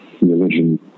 religion